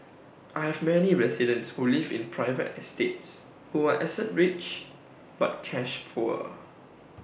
I have many residents who live in private estates who are asset rich but cash poor